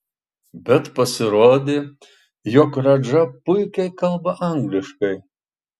bet pasirodė jog radža puikiai kalba angliškai